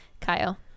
Kyle